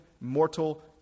mortal